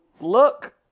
look